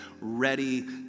ready